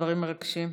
דברים מרגשים.